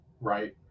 Right